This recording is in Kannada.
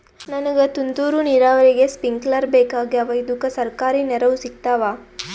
ನನಗ ತುಂತೂರು ನೀರಾವರಿಗೆ ಸ್ಪಿಂಕ್ಲರ ಬೇಕಾಗ್ಯಾವ ಇದುಕ ಸರ್ಕಾರಿ ನೆರವು ಸಿಗತ್ತಾವ?